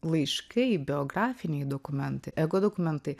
laiškai biografiniai dokumentai ego dokumentai